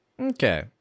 Okay